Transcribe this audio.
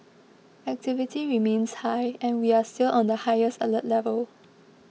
activity remains high and we are still on the highest alert level